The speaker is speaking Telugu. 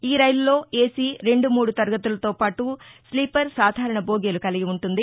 ఈ రైలులో ఎసి రెండు మూడు తరగతులతో పాటు స్లీపర్ సాధారణ బోగీలు కలిగి ఉంటుంది